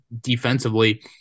defensively